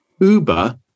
Uber